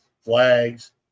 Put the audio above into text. flags